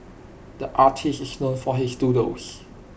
the artist is known for his doodles